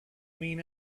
mean